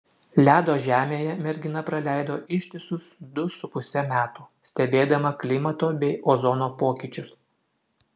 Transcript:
ledo žemėje mergina praleido ištisus du su puse metų stebėdama klimato bei ozono pokyčius